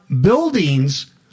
buildings